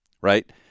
right